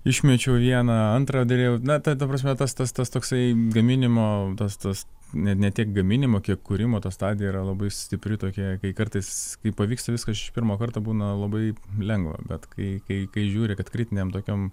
išmečiau vieną antrą derėjau na ta prasme tas tas tas toksai gaminimo tas tas ne ne tiek gaminimo kiek kūrimo ta stadija yra labai stipri tokia kai kartais kai pavyksta viskas iš pirmo karto būna labai lengva bet kai kai kai žiūri kad kritiniam tokiam